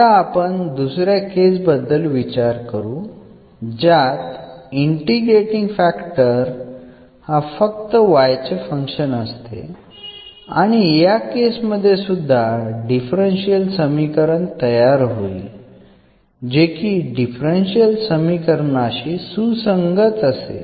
आता आपण दुसऱ्या केस बद्दल विचार करू ज्यात इंटिग्रेटींग फॅक्टर फक्त y चे फंक्शन असते आणि या केस मध्ये सुद्धा डिफरन्शियल समीकरण तयार होईल जे की डिफरन्शियल समीकरणाशी सुसंगत असेल